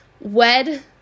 wed